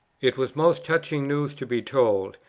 it was most touching news to be told,